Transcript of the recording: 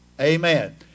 Amen